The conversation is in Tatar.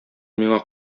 миңа